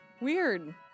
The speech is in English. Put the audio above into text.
Weird